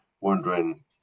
wondering